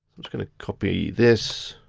i'm just gonna copy this